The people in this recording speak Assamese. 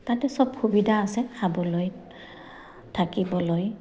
তাতে চব সুবিধা আছে খাবলৈ থাকিবলৈ